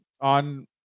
on